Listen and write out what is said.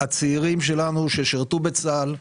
הצעירים שלנו ששירתו בצה"ל,